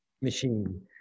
machine